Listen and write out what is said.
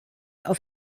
auf